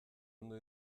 ondo